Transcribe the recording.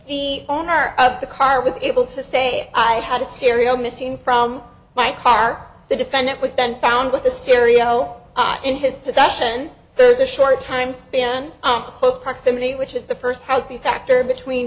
the owner of the car was able to say i had a serial missing from my car the defendant was then found with the stereo in his possession there's a short time span up close proximity which is the first house the factor between